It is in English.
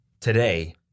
today –